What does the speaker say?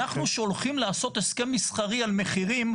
אנחנו שהולכים לעשות הסכם מסחרי על מחירים,